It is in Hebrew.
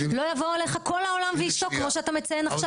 לא יבואו אליך כל העולם ואשתו כמו שאתה מציין עכשיו.